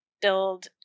build